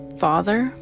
father